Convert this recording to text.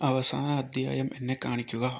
അവസാന അദ്ധ്യായം എന്നെ കാണിക്കുക